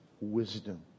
wisdom